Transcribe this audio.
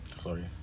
sorry